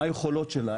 מה היכולות שלה,